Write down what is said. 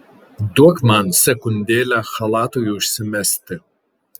duok man sekundėlę chalatui užsimesti